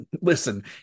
listen